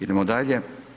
Idemo dalje.